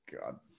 God